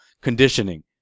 conditioning